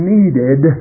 needed